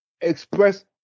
express